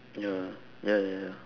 ya ya ya ya